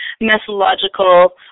methodological